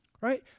right